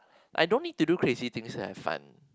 I don't need to do crazy things to have fun